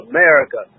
America